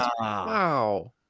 Wow